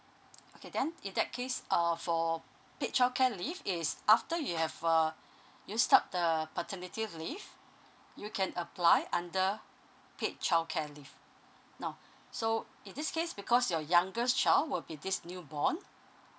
okay then in that case uh for paid childcare leave is after you have uh you start the paternity leave you can apply under paid childcare leave now so in this case because your youngest child will be this newborn